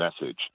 message